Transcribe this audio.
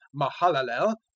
Mahalalel